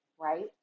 right